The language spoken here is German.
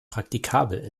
praktikabel